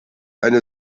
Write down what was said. eine